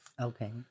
Okay